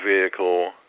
vehicle